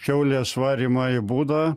kiaulės varymą į būdą